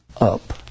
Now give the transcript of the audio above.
up